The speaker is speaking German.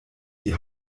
die